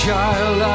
Child